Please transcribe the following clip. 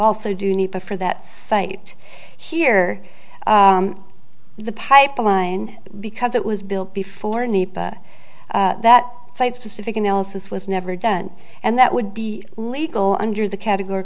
also do need for that site here the pipeline because it was built before nepa that site specific analysis was never done and that would be legal under the categor